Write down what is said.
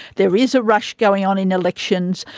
there is a rush going on in elections.